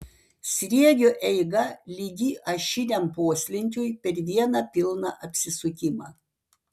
sriegio eiga lygi ašiniam poslinkiui per vieną pilną apsisukimą